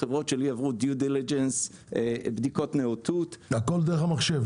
חברות שלי עברו בדיקות נאותות --- הכל דרך המחשב,